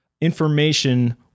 information